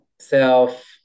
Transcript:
self